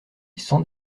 sans